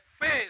faith